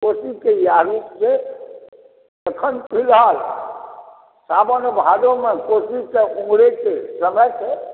कोशी के इएह रूप छै अखन फिलहाल साओन भादव मे कोशी तऽ उमरै छै समय छै